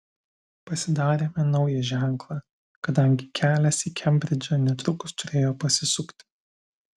pasidarėme naują ženklą kadangi kelias į kembridžą netrukus turėjo pasisukti